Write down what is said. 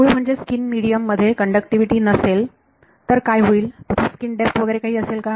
मूळ म्हणजे जर मिडीयम मध्ये कण्डक्टिविटी नसेल तर काय होईल तिथे स्कीन डेप्थ वगैरे काही असेल का